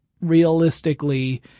realistically